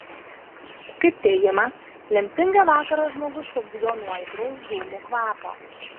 kaip teigiama lemtingą vakarą žmogus pabudo nuo aitraus dūmų kvapo